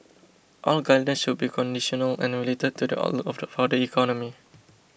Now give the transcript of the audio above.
all guidance should be conditional and related to the outlook for the economy